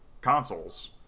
consoles